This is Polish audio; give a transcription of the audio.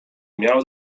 miał